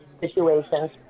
situations